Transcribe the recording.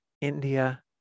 India